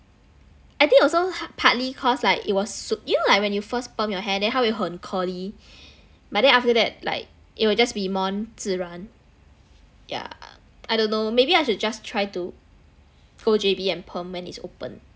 I think also partly cause like it was sooked you know like when you first perm your hair then 他会很 curly but then after that like it will just be more na~ 自然 yeah I don't know maybe I should just try to go J_B and perm when it's open